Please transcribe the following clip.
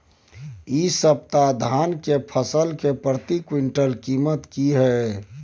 इ सप्ताह धान के फसल के प्रति क्विंटल कीमत की हय?